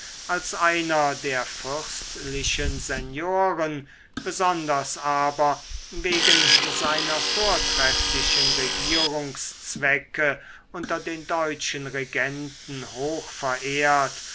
als einer der fürstlichen senioren besonders aber wegen seiner vortrefflichen regierungszwecke unter den deutschen regenten hoch verehrt